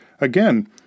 Again